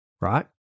right